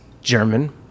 German